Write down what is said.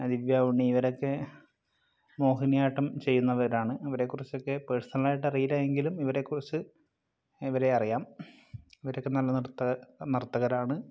ദിവ്യ ഉണ്ണി ഇവരൊക്കെ മോഹിനിയാട്ടം ചെയ്യുന്നവരാണ് ഇവരെക്കുറിച്ചൊക്കെ പേഴ്സണലായിട്ട് അറിയില്ലായെങ്കിലും ഇവരെക്കുറിച്ച് ഇവരെ അറിയാം ഇവരൊക്കെ നല്ല നർത്തകരാണ്